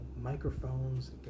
microphones